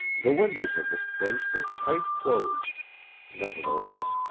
the windows of this place were tight closed nevertheless,